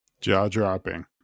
Jaw-dropping